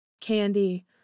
candy